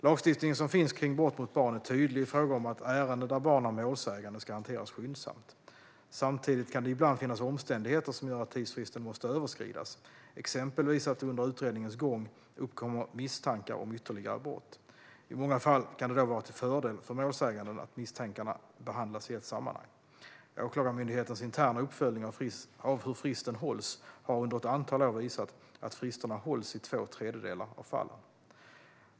Lagstiftningen som finns kring brott mot barn är tydlig i fråga om att ärenden där barn är målsägande ska hanteras skyndsamt. Samtidigt kan det ibland finnas omständigheter som gör att tidsfristen måste överskridas, exempelvis att det under utredningens gång uppkommer misstankar om ytterligare brott. I många fall kan det då vara till fördel för målsäganden att misstankarna behandlas i ett sammanhang. Åklagarmyndighetens interna uppföljning av hur fristen hålls har under ett antal år visat att fristerna hålls i två tredjedelar av fallen.